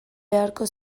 beharko